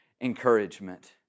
encouragement